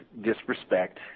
disrespect